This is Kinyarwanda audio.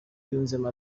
yunzemo